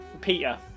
Peter